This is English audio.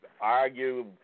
argue